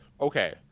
Okay